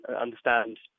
understand